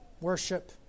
Worship